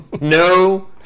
no